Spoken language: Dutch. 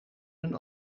hun